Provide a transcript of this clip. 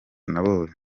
nabonye